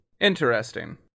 interesting